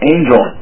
Angel